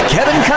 Kevin